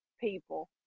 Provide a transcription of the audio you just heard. people